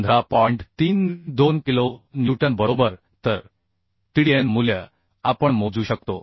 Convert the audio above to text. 32 kilonewton बरोबर तर tdn मूल्य आपण मोजू शकतो